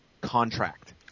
contract